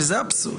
שזה אבסורד.